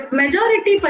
majority